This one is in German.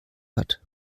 hat